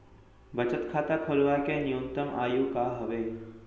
बचत खाता खोलवाय के न्यूनतम आयु का हवे?